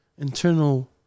internal